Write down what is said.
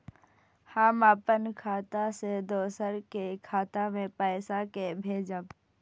हम अपन खाता से दोसर के खाता मे पैसा के भेजब?